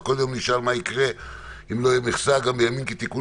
אז כל יום נשאל מה יקרה אם לא תהיה מכסה גם בימים כתיקונם?